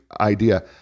idea